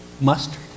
mustard